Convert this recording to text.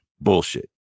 bullshit